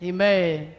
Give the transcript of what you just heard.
Amen